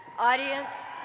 audience.